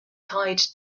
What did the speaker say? tied